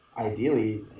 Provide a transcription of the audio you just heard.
ideally